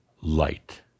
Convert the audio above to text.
light